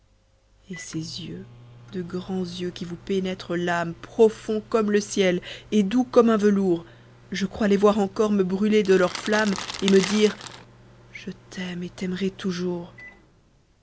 et ces yeux de grands yeux qui vous pénètrent l'âme profonds comme le ciel et doux comme un velours je crois les voir encor me brûler de leur flamme et me dire je t'aime et t'aimerai toujours